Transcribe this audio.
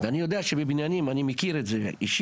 ואני מכיר את זה אישית,